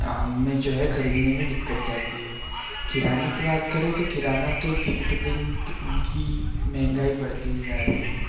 हमें जो है खरीदने में दिक्कत जाती है किराने की बात करें तो किराना तो दिन पर दिन तो उनकी महँगाई बढ़ती ही जा रही है